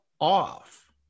off